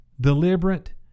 deliberate